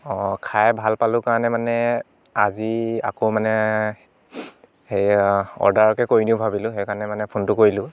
অঁ খাই ভাল পালোঁ কাৰণে মানে আজি আকৌ মানে সেই অৰ্দাৰকে কৰি দিওঁ ভাবিলোঁ সেই কাৰণে মানে ফোনটো কৰিলোঁ